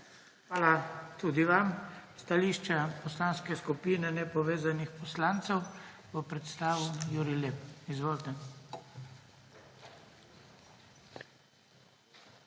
Hvala tudi vam. Stališče Poslanske skupine nepovezanih poslancev bo predstavil Jurij Lep. Izvolite.